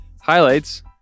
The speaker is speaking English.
highlights